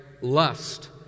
lust